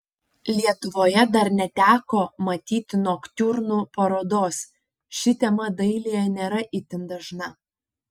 lietuvoje dar neteko matyti noktiurnų parodos ši tema dailėje nėra itin dažna